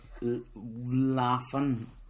laughing